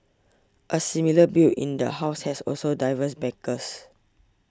a similar bill in the House also has diverse backers